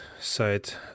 site